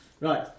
Right